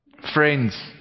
Friends